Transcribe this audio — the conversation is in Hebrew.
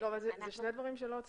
אלה שני דברים שלא סותרים.